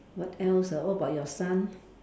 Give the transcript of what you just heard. what else ah what about your son